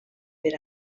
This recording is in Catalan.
per